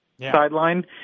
sideline